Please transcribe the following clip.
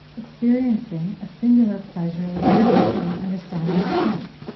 experiencing a singular pleasure without properly understanding the sense.